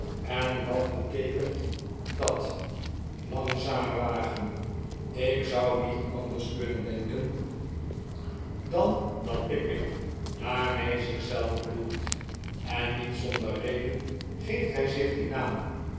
en wat beteekent dat langzame wagen ik zou niet anders kunnen denken dan dat pickwick daarmee zich zelf bedoelt en niet zonder reden geeft hij zich dien naam